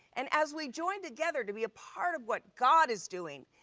and as we joined together to be a part of what god is doing,